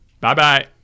Bye-bye